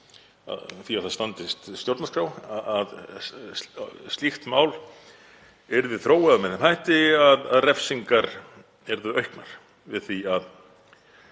á að standist stjórnarskrá, yrði þróað með þeim hætti að refsingar yrðu auknar við því að